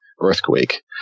earthquake